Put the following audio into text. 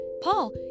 Paul